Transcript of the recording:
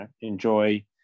enjoy